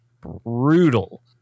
brutal